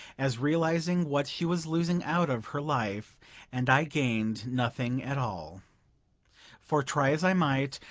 as realizing what she was losing out of her life and i gaining nothing at all for try as i might,